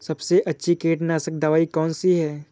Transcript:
सबसे अच्छी कीटनाशक दवाई कौन सी है?